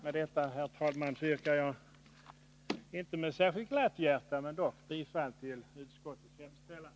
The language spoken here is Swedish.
Med detta, herr talman, yrkar jag — inte med särskilt glatt hjärta men dock — bifall till utskottets hemställan.